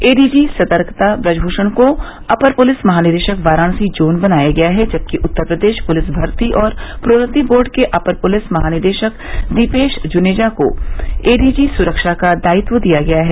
ADG सतर्कता ब्रजभूषण को अपर पुलिस महानिदेशक वाराणसी जोन बनाया गया है जबकि उत्तर प्रदेश पुलिस भर्ती और प्रोन्नति बोर्ड के अपर पुलिस महानिदेशक दीपेश जुनेजा को एडीजी सुरक्षा का दायित्व दिया गया है